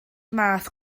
math